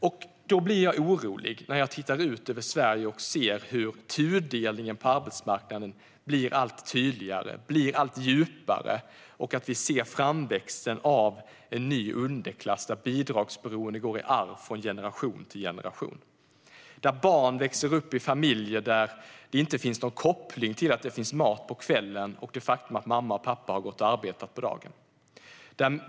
Därför blir jag orolig när jag tittar ut över Sverige och ser hur tudelningen på arbetsmarknaden blir allt tydligare och djupare. Vi ser framväxten av en ny underklass, där bidragsberoende går i arv från generation till generation. Barn växer upp i familjer där det inte finns någon koppling mellan att det finns mat på kvällen och att mamma och pappa har gått och arbetat på dagen.